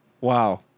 Wow